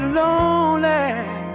lonely